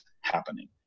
happening